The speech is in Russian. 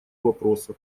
вопроса